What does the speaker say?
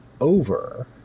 over